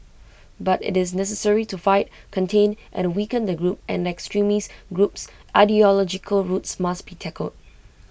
but IT is necessary to fight contain and weaken the group and the extremist group's ideological roots must be tackled